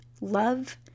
Love